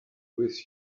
with